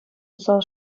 усал